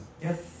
yes